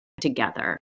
together